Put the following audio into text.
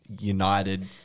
United